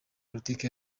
politiki